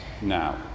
now